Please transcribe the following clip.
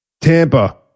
Tampa